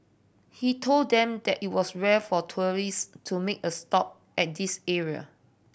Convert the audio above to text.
he told them that it was rare for tourist to make a stop at this area